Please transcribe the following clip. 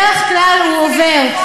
בדרך כלל הוא עובר.